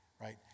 right